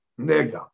nega